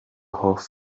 hoff